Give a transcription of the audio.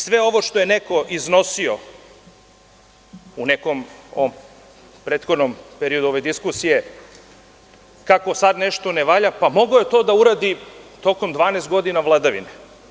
Sve ovo što je neko iznosio u nekom prethodnom periodu ove diskusije kako sada nešto ne valja, pa mogao je to da uradi tokom 12 godina vladavine.